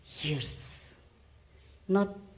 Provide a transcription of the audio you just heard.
years—not